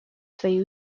свои